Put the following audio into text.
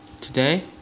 today